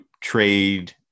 trade